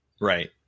Right